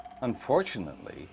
Unfortunately